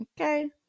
Okay